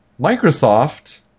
Microsoft